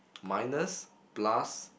minus plus